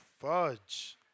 fudge